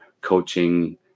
coaching